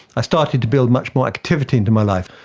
i started to build much more activity into my life.